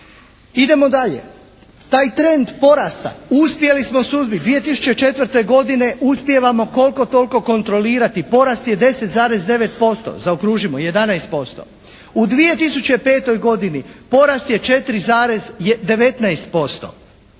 Idemo dalje. Taj trend porasta uspjeli smo suzbiti. 2004. godine uspijevamo koliko toliko kontrolirati, porast je 10,9%, zaokružimo 11%. U 2005. godini porast je 4,19%.